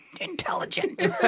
intelligent